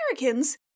Americans